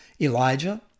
Elijah